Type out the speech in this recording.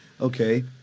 Okay